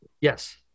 Yes